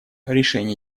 решение